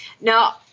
Now